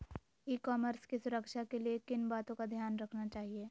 ई commerce की सुरक्षा के लिए किन बातों का ध्यान रखना चाहिए?